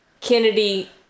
Kennedy